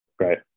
Right